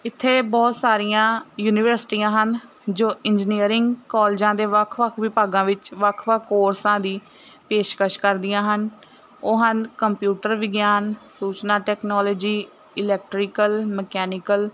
ਇੱਥੇ ਬਹੁਤ ਸਾਰੀਆਂ ਯੂਨੀਵਰਸਿਟੀਆਂ ਹਨ ਜੋ ਇੰਜਨੀਅਰਿੰਗ ਕੋਲਜਾਂ ਦੇ ਵੱਖ ਵੱਖ ਵਿਭਾਗਾਂ ਵਿੱਚ ਵੱਖ ਵੱਖ ਕੋਰਸਾਂ ਦੀ ਪੇਸ਼ਕਸ਼ ਕਰਦੀਆਂ ਹਨ ਉਹ ਹਨ ਕੰਪਿਊਟਰ ਵਿਗਿਆਨ ਸੂਚਨਾ ਟੈਕਨੋਲਜੀ ਇਲੈਕਟ੍ਰੀਕਲ ਮਕੈਨੀਕਲ